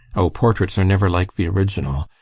oh, portraits are never like the original,